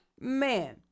Man